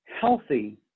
Healthy